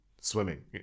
swimming